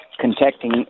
contacting